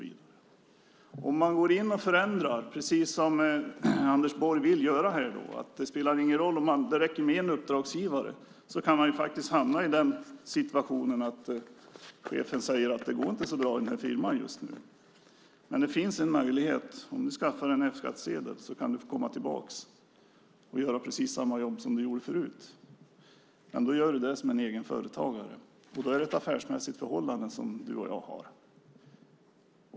Om man förändrar, precis som Anders Borg vill göra, så att det räcker med en uppdragsgivare, kan man hamna i den situationen att chefen säger att det inte går så bra i firman just nu men att om man skaffar en F-skattsedel kan man få komma tillbaka och göra precis samma jobb som förut men som egenföretagare. Då är det ett affärsmässigt förhållande.